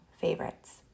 favorites